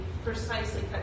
precisely